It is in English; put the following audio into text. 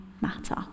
matter